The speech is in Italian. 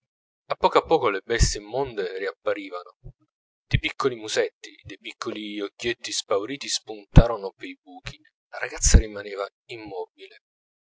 a poco a poco le bestie immonde riapparivano de piccoli musetti dei piccoli occhietti spaurati spuntarono pei buchi la ragazza rimaneva immobile